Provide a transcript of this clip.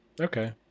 okay